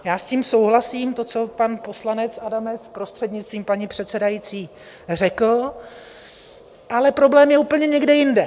Já s tím souhlasím, to, co pan poslanec Adamec, prostřednictvím paní předsedající, řekl, ale problém je úplně někde jinde.